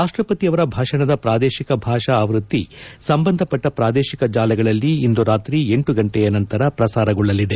ರಾಷ್ಟ್ರಪತಿ ಅವರ ಭಾಷಣದ ಪ್ರಾದೇಶಿಕ ಭಾಷಾ ಅವೃತ್ತಿ ಸಂಬಂಧಪಟ್ನ ಪ್ರಾದೇಶಿಕ ಜಾಲಗಳಲ್ಲಿ ಇಂದು ರಾತ್ರಿ ಲ ಗಂಟೆಯ ನಂತರ ಪ್ರಸಾರಗೊಳ್ಳಲಿದೆ